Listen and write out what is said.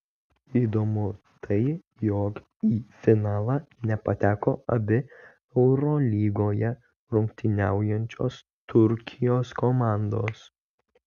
įdomu tai jog į finalą nepateko abi eurolygoje rungtyniaujančios turkijos komandos